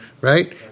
Right